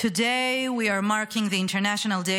today we are marking the International Day